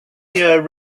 year